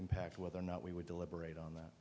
impact whether or not we would deliberate on that